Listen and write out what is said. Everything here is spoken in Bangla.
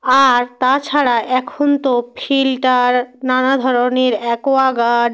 আর তাছাড়া এখন তো ফিল্টার নানা ধরনের অ্যাকোয়াগার্ড